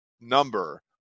number